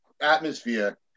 atmosphere